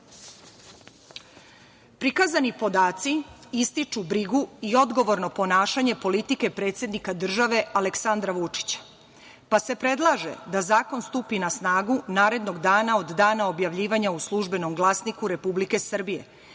zaštiti. Prikazani podaci ističu brigu i odgovorno ponašanje politike predsednika države Aleksandra Vučića, pa se predlaže da zakon stupi na snagu narednog dana od dana objavljivanja u Službenom glasniku Republike Srbije,